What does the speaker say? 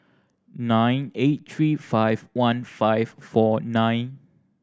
nine eight three five one five four nine